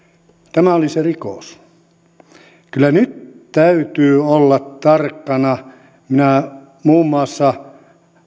tämä oli se rikos kyllä nyt täytyy olla tarkkana minä muun muassa